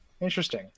interesting